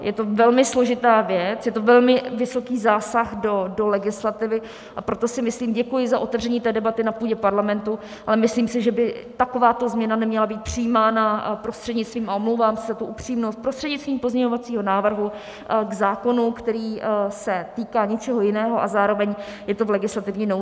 Je to velmi složitá věc, je to velmi vysoký zásah do legislativy, a proto si myslím, děkuji za otevření debaty na půdě Parlamentu, ale myslím si, že by takováto změna neměla být přijímána prostřednictvím, a omlouvám se za upřímnost, prostřednictvím pozměňovacího návrhu k zákonu, který se týká něčeho jiného, a zároveň je to v legislativní nouzi.